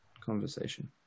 conversation